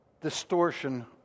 distortion